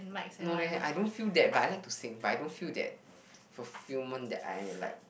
no leh I don't feel that but I like to sing but I don't feel that fulfilment that I like